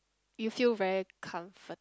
you feel very comfort